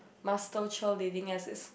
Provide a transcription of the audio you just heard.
master cheerleading as it's